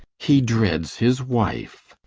he dreads his wife.